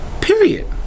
Period